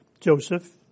Joseph